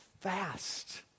fast